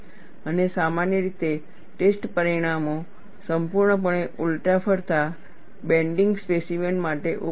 અને સામાન્ય રીતે ટેસ્ટ પરિણામો સંપૂર્ણપણે ઉલટા ફરતા બેન્ડિંગ સ્પેસીમેન માટે ઉપલબ્ધ છે